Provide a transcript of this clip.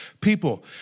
people